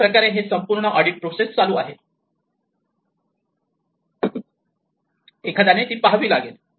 अशाप्रकारे ही संपूर्ण ऑडिट प्रोसेस चालू आहे आणि एखाद्याने ती पहावी लागेल